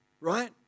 right